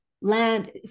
land